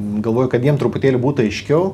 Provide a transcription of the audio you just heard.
galvoju kad jiem truputėlį būtų aiškiau